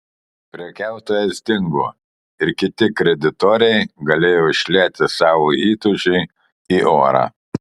prekiautojas dingo ir kiti kreditoriai galėjo išlieti savo įtūžį į orą